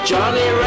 Johnny